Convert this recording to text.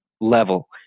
level